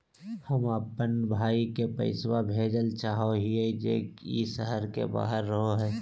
हम अप्पन भाई के पैसवा भेजल चाहो हिअइ जे ई शहर के बाहर रहो है